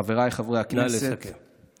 חבריי חברי הכנסת -- נא לסכם.